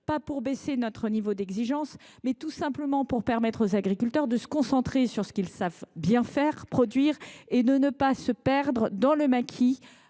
pas de baisser notre niveau d’exigence, mais tout simplement de permettre aux agriculteurs de se concentrer sur ce qu’ils savent bien faire – produire –, sans se perdre dans le maquis